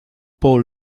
paul